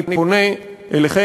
אני פונה אליכם,